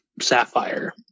Sapphire